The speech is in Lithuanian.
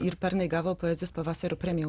ir pernai gavo poezijos pavasario premiją